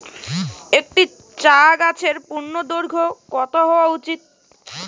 একটি চা গাছের পূর্ণদৈর্ঘ্য কত হওয়া উচিৎ?